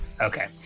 okay